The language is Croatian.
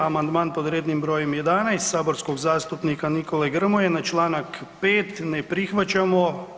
Amandman pod rednim brojem 11. saborskog zastupnika Nikole Grmoje na čl. 5. ne prihvaćamo.